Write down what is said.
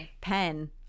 pen